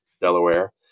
delaware